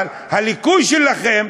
אבל הליקוי שלכם,